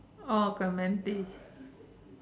oh Clementi